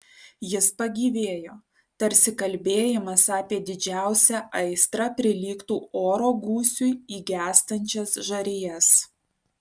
jis pagyvėjo tarsi kalbėjimas apie didžiausią aistrą prilygtų oro gūsiui į gęstančias žarijas